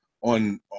on